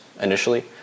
initially